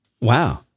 Wow